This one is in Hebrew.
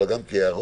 אבל גם כהערות